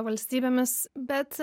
valstybėmis bet